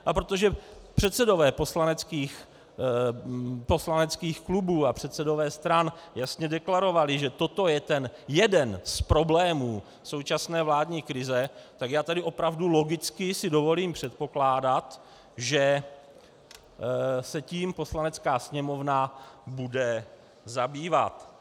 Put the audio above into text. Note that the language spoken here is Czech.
A protože předsedové poslaneckých klubů a předsedové stran jasně deklarovali, že toto je ten jeden z problémů současné vládní krize, tak já tedy opravdu logicky si dovolím předpokládat, že se tím Poslanecká sněmovna bude zabývat.